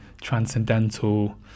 Transcendental